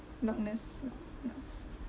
rottnest rottnest